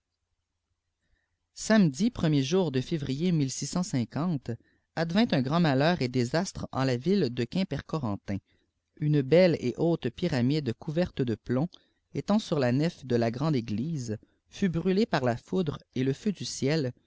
samedi premier jour àe février advint un çrand malheur et désastre en la viïïe de quimpercorentin une belle et haute pyramide couverte de plomb étant surja nef de la grande église fut brûlée par la fotidre et le feu du ciel